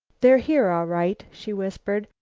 they're here, all right, she whispered.